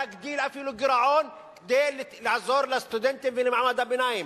להגדיל אפילו גירעון כדי לעזור לסטודנטים ולמעמד הביניים.